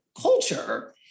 culture